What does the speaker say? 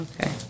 okay